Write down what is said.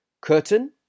Curtain